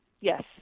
Yes